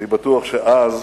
אני בטוח שאז